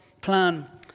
plan